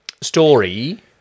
story